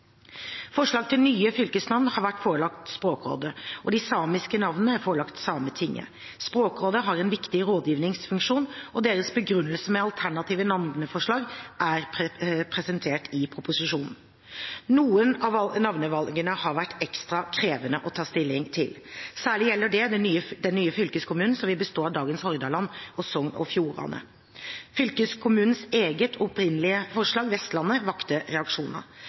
Forslag til nye fylkesnavn har vært forelagt Språkrådet, og de samiske navnene er forelagt Sametinget. Språkrådet har en viktig rådgivningsfunksjon, og deres begrunnelser med alternative navneforslag er presentert i proposisjonen. Noen av navnevalgene har vært ekstra krevende å ta stilling til, og særlig gjelder det den nye fylkeskommunen som vil bestå av dagens Hordaland og Sogn og Fjordane. Fylkeskommunenes eget opprinnelige forslag, «Vestlandet», vakte reaksjoner.